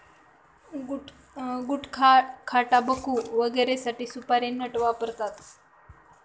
गुटखाटाबकू वगैरेसाठी सुपारी नट वापरतात